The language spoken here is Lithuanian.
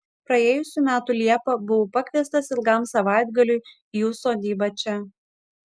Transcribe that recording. praėjusių metų liepą buvau pakviestas ilgam savaitgaliui į jų sodybą čia